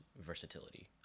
versatility